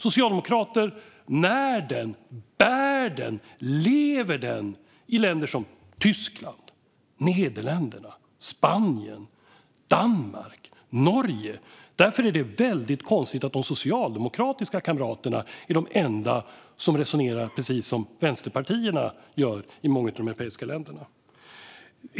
Socialdemokrater när den, bär den och lever den i länder som Tyskland, Nederländerna, Spanien, Danmark och Norge. Därför är det väldigt konstigt att de socialdemokratiska kamraterna är de enda som resonerar precis som vänsterpartierna gör i många av de europeiska länderna.